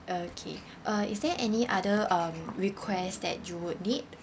okay uh is there any other um request that you would need